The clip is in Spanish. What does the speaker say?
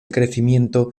crecimiento